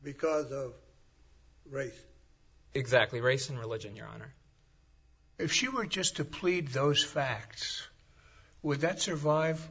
because of race exactly race and religion your honor if she were just to plead those facts would that survive